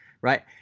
right